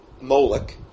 Moloch